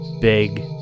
big